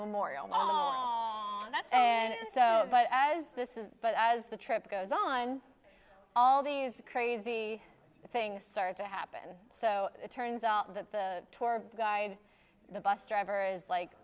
memorial lawn and so but as this is but as the trip goes on all these crazy things started to happen so it turns out that the tour guide the bus driver is like